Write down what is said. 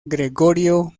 gregorio